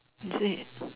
is it